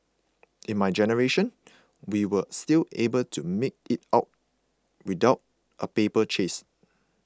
in my generation we were still able to make it without a paper chase